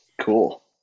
Cool